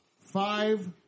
five